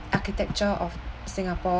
architecture of singapore